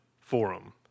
Forum